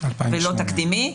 ולא תקדימי.